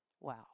Wow